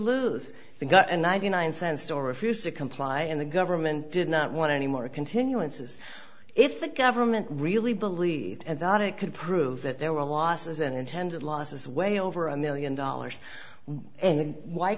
lose the gun and ninety nine cent store refused to comply and the government did not want any more continuances if the government really believed that it could prove that there were losses and intended losses way over a million dollars and why